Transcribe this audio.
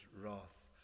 wrath